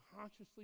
consciously